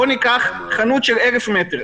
בוא ניקח חנות של 1,000 מטר.